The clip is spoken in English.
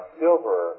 silver